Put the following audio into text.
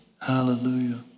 Hallelujah